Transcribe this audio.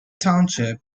township